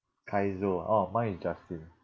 kyzo ah orh mine is justin